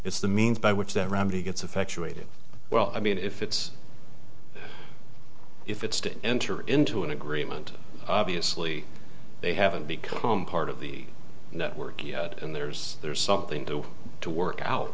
it's the means by which that remedy gets effectuated well i mean if it's if it's to enter into an agreement obviously they haven't become part of the network and there's there's something due to work out